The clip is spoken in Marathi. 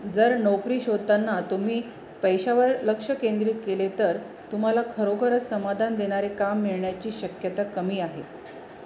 जर नोकरी शोधताना तुम्ही पैशावर लक्ष केंद्रित केले तर तुम्हाला खरोखरच समाधान देणारे काम मिळण्याची शक्यता कमी आहे